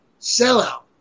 Sellout